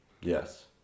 Yes